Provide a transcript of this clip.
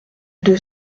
deux